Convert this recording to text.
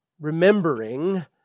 Remembering